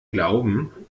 glauben